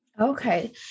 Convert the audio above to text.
Okay